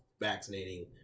vaccinating